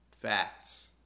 facts